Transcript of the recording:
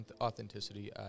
authenticity